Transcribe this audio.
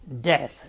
death